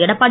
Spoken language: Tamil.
எடப்பாடி